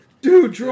Dude